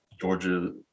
georgia